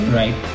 right